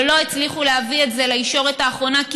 ולא הצליחו להביא את זה לישורת האחרונה כי